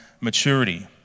maturity